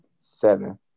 seven